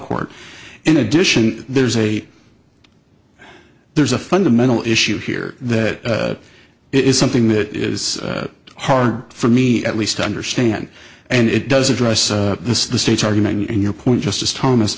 court in addition there's a there's a fundamental issue here that is something that is hard for me at least to understand and it does address this the state's argument and your point justice thomas